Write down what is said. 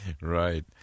right